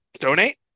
donate